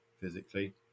physically